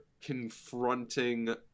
confronting